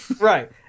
Right